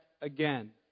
again